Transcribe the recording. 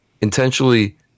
intentionally